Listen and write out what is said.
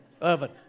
oven